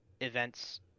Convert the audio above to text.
events